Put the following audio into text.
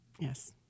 yes